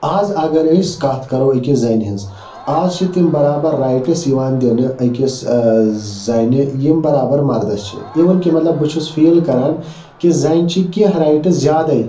آز اگر أسۍ کَتھ کَرو أکِس زَنہِ ہنٛز آز چھِ تِم بَرابَر رایٹٕس یِوان دِنہٕ أکِس ٲں زَنہِ یِم بَرابَر مَردَس چھِ اِوٕن کہِ مطلب بہٕ چھُس فیٖل کَران کہِ زَنہِ چھِ کیٚنٛہہ رایٹٕس زیادٔے